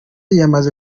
yamaze